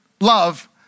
love